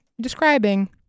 describing